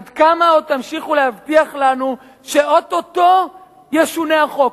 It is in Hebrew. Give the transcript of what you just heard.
עד כמה עוד תמשיכו להבטיח לנו שאו-טו-טו ישונה החוק.